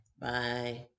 Bye